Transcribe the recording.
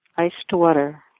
ice to water